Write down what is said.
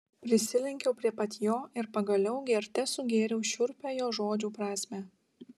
prisilenkiau prie pat jo ir pagaliau gerte sugėriau šiurpią jo žodžių prasmę